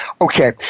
Okay